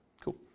Cool